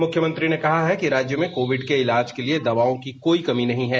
मुख्यमंत्री ने कहा है कि राज्य में कोविड के इलाज के लिए दवाओं की कोई कमी नहीं है